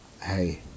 Hey